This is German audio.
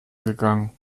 gegangen